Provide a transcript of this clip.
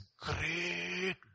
great